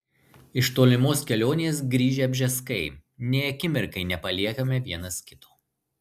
iš tolimos kelionės grįžę bžeskai nei akimirkai nepaliekame vienas kito